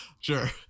Sure